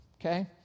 okay